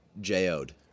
J-O'd